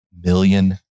million